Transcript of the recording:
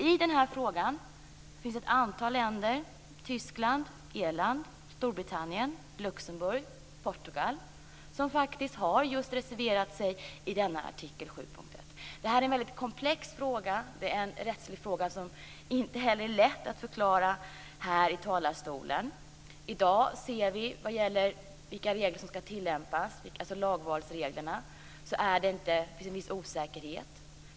I den här frågan finns det ett antal länder - Tyskland, Irland, Storbritannien, Luxemburg, Portugal - som har reserverat sig. Detta är en väldigt komplex rättslig fråga som inte är så lätt att förklara i talarstolen. I dag säger vi vad gäller vilka regler som skall tillämpas, alltså lagvalsregler, att det finns en viss osäkerhet.